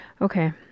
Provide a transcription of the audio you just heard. Okay